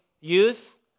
youth